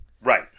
Right